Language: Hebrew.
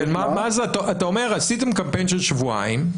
אתה אומר שעשיתם קמפיין של שבועיים,